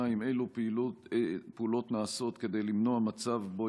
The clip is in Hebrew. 2. אילו פעולות נעשות כדי למנוע מצב שבו